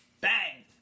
bang